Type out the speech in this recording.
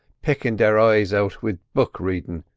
pickin' their eyes out wid book-readin',